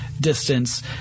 distance